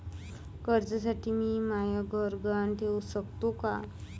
कर्जसाठी मी म्हाय घर गहान ठेवू सकतो का